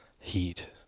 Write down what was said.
heat